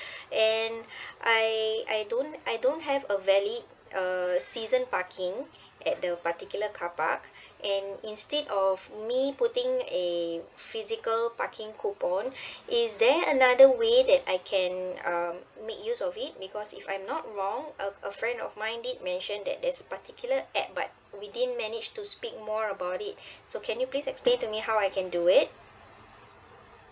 and I I don't I don't have a valid uh season parking at the particular car park and instead of me putting a physical parking coupon is there another way that I can um make use of it because if I'm not wrong uh a friend of mine did mention there is a particular app but we didn't manage to speak more about it so can you please explain to me how I can do it